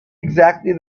exactly